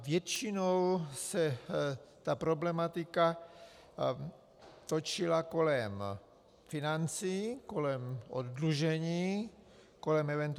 Většinou se problematika točila kolem financí, kolem oddlužení, kolem event.